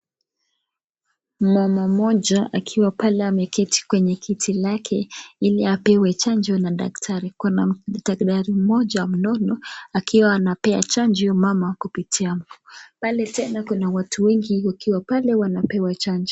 Mama mmoja akiwa pale ameketi kwenye kiti lake ili apewe chanjo na daktari. Kuna daktari mmoja mnono akiwa anapea chanjo mama kupitia. Pale tena kuna watu wengi wakiwa pale wanapewa chanjo.